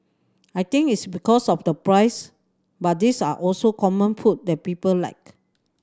I think it's because of the price but these are also common food that people like